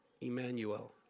Emmanuel